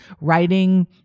writing